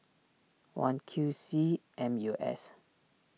one Q C M U S